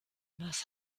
was